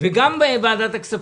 וגם ועדת הכספים.